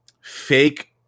fake